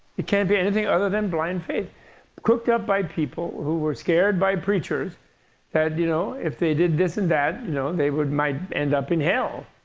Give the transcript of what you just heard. it can't be anything other than blind faith cooked up by people who were scared by preachers that you know if they did this and that you know they might end up in hell,